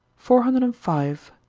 four hundred and five.